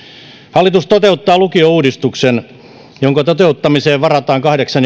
hallitus toteuttaa lukiouudistuksen jonka toteuttamiseen varataan kahdeksan